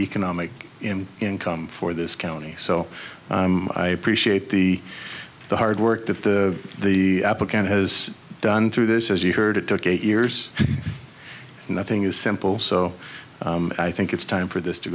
economic in income for this county so i appreciate the hard work that the the applicant has done through this as you heard it took eight years and nothing is simple so i think it's time for this to